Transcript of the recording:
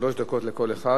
שלוש דקות לכל אחד.